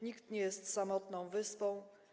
Nikt nie jest samotną wyspą.